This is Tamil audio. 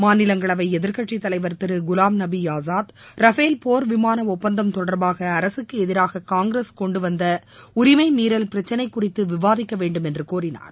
மாநிலங்களவை எதிர்க்கட்சித் தலைவர் திரு குலாம்நபி ஆஸாத் ரஃபேல் போர் விமான ஒப்பந்தம் தொடர்பாக அரகக்கு எதிராக காங்கிரஸ் கொண்டு வந்த உரிமை மீறல் பிரக்சினை குறித்து விவாதிக்க வேண்டும் என்று கோரினார்